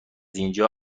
اینجا